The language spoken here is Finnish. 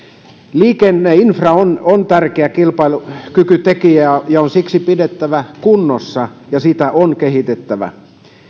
liikenneinfra on on tärkeä kilpailukykytekijä ja ja on siksi pidettävä kunnossa ja sitä on kehitettävä